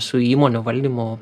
su įmonių valdymu